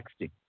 texting